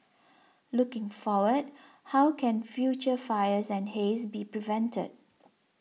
looking forward how can future fires and haze be prevented